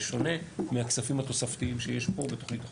זה שונה מהכספים התוספתיים שיש פה בתוכנית החומש.